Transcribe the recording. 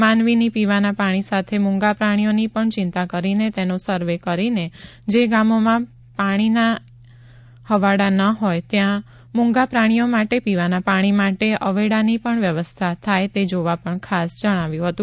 માનવીની પીવાના પાણી સાથે મુંગા પ્રાણીઓની પણ ચિંતા કરીને તેનો સર્વે કરીને જે ગામોમાં પાણીના અવેડા ન હોય ત્યાં મુંગા પ્રાણીઓ માટે પીવાના પાણી માટે અવેડાની પણ વ્યવસ્થા થાય તે જોવા પણ ખાસ જણાવ્યું હતું